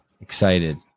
excited